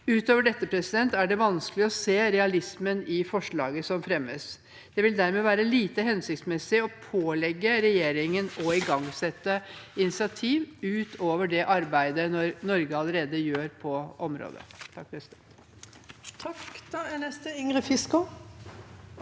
Utover dette er det vanskelig å se realismen i forslaget som fremmes. Det vil dermed være lite hensiktsmessig å pålegge regjeringen å igangsette initiativ utover det arbeidet Norge allerede gjør på området. Ingrid